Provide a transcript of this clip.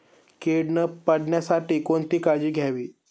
कीड न पडण्यासाठी कोणती काळजी घ्यावी?